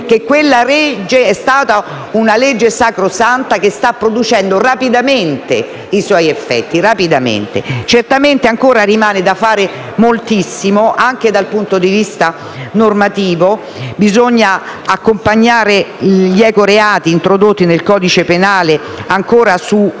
che quella legge è stata sacrosanta e sta producendo rapidamente i suoi effetti. Certamente ancora rimane da fare moltissimo, anche dal punto di vista normativo. Bisogna accompagnare gli ecoreati, introdotti nel codice penale, con altri